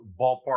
ballpark